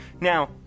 now